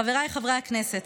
חבריי חברי הכנסת,